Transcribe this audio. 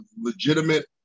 legitimate